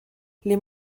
les